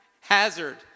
hazard